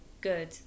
good